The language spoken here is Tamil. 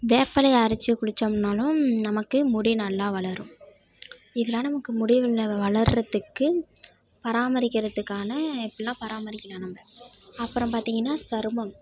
வேப்பலையை அரைச்சி குளிச்சோம்னாலும் நமக்கு முடி நல்லா வளரும் இதுலாம் நமக்கு முடி வளர்றதுக்கு பராமரிக்கறதுக்கான இப்படிலாம் பராமரிக்கலாம் நம்ம அப்புறம் பார்த்திங்கனா சருமம்